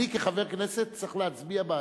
אני, כחבר הכנסת, צריך להצביע בעד.